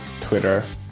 twitter